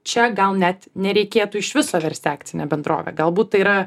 čia gal net nereikėtų iš viso versti akcine bendrove galbūt tai yra